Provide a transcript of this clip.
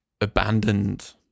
abandoned